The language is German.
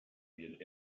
wird